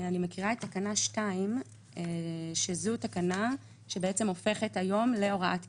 אני מקריאה את תקנה 2. זאת תקנה שבעצם הופכת היום להוראת קבע: